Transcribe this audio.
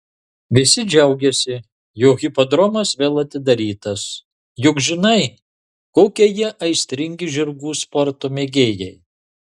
visi džiaugiasi jog hipodromas vėl atidarytas juk žinai kokie jie aistringi žirgų sporto mėgėjai